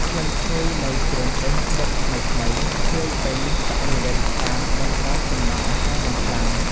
ក្លិនឈ្ងុយនៃគ្រឿងទេសបុកថ្មីៗភាយពេញបរិវេណផ្សារបង្កើនចំណង់អាហារយ៉ាងខ្លាំង។